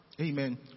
Amen